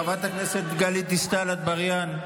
חברת הכנסת גלית דיסטל אטבריאן,